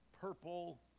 purple